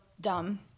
dumb